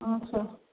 ଆଚ୍ଛା